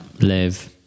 live